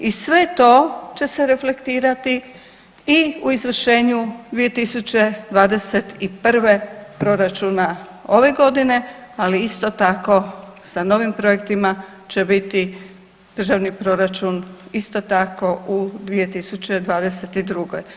I sve to će se reflektirati i u izvršenju 2021. proračuna ove godine, ali isto tako sa novim projektima će biti državni proračun isto tako u 2022.